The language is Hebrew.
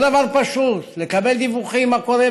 זה לא דבר פשוט לקבל דיווחים מה קורה